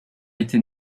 été